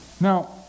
Now